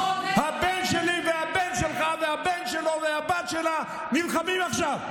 הבן שלי והבן שלך והבן שלו והבת שלה נלחמים עכשיו,